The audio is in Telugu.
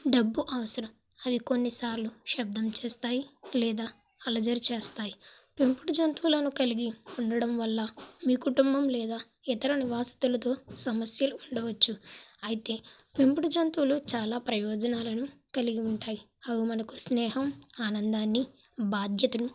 డబ్బు అవసరం మరికొన్ని సార్లు శబ్దం చేస్తాయి లేదా అలజడి చేస్తాయి పెంపుడు జంతువులను కలిగి ఉండడంవల్ల మీ కుటుంబం లేదా ఇతర నివాసితులతో సమస్యలు ఉండవచ్చు అయితే పెంపుడు జంతువులు చాలా ప్రయోజనాలను కలిగి ఉంటాయి అవి మనకు స్నేహం ఆనందాన్నిబాధ్యతలు